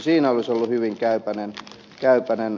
siinä olisi ollut hyvin käypäinen ratkaisu